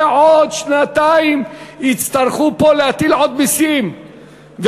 בעוד שנתיים יצטרכו להטיל עוד מסים פה.